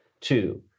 two